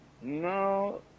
No